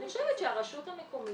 אני חושבת שהרשות המקומית,